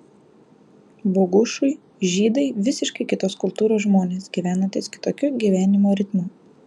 bogušui žydai visiškai kitos kultūros žmonės gyvenantys kitokiu gyvenimo ritmu